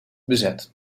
bezet